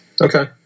Okay